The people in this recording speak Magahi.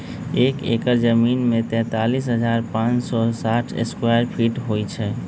एक एकड़ जमीन में तैंतालीस हजार पांच सौ साठ स्क्वायर फीट होई छई